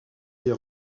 les